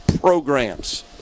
programs